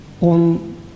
on